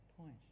point